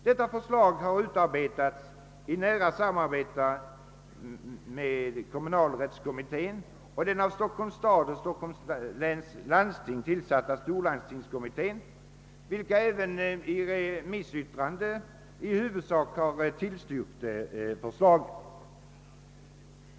Förslaget härtill har utarbetats i nära samarbete med kommunalrättskommittén och den av Stockholms stad och Stockholms läns landsting tillsatta storlandstingskommittén, och dessa' kommittéer har i remissyttranden i huvudsak tillstyrkt förslaget.